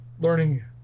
learning